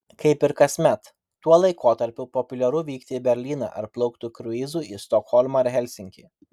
kaip ir kasmet tuo laikotarpiu populiaru vykti į berlyną ar plaukti kruizu į stokholmą ir helsinkį